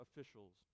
officials